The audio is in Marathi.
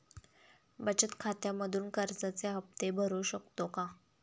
बचत खात्यामधून कर्जाचे हफ्ते भरू शकतो का?